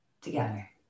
together